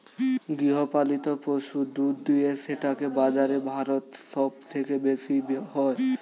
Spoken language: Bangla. গৃহপালিত পশু দুধ দুয়ে সেটাকে বাজারে ভারত সব থেকে বেশি হয়